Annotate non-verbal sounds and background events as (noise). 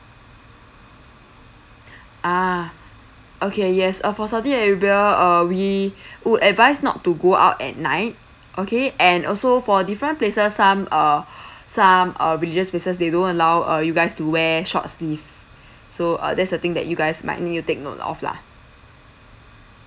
ah okay yes uh for saudi arabia uh we (breath) would advise not to go out at night okay and also for different places some uh (breath) some uh religious places they don't allow uh you guys to wear short sleeve so uh that's a thing that you guys might need to take note of lah